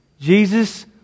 Jesus